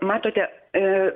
matote i